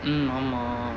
um ஆமா:aamaa